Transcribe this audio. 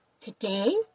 today